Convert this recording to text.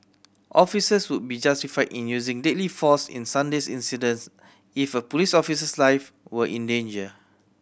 officers would be justified in using deadly force in Sunday's incidents if a police officer's life were in danger